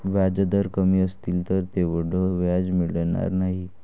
व्याजदर कमी असतील तर तेवढं व्याज मिळणार नाही